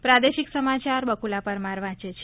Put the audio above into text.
પ્રાદેશિક સમાચાર બકુલા પરમાર વાંચે છે